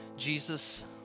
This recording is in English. Jesus